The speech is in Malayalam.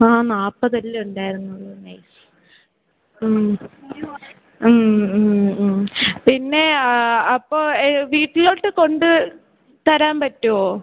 ആ നാൽപ്പത് അല്ലെ ഉണ്ടായിരുന്നുള്ളൂന്നെ ഉം പിന്നെ അപ്പോൾ വീട്ടിലോട്ട് കൊണ്ട് തരാൻ പറ്റുമോ